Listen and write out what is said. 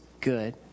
good